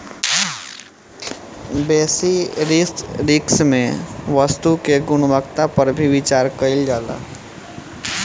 बेसि रिस्क में वस्तु के गुणवत्ता पर भी विचार कईल जाला